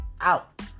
out